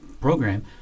program